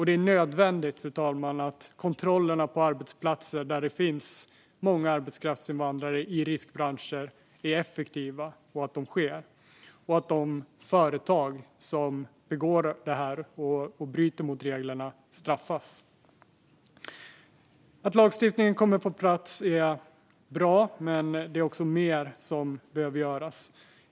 Det är nödvändigt att kontrollerna på arbetsplatser där det finns många arbetskraftsinvandrare i riskbranscher är effektiva och att de företag som bryter mot reglerna straffas. Att lagstiftningen kommer på plats är bra, men mer behöver göras.